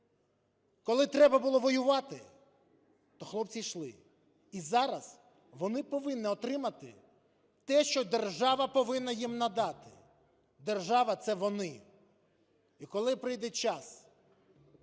Коли треба було воювати, то хлопці йшли і зараз вони повинні отримати те, що держава повинна їм надати, держава – це вони. І коли прийде час,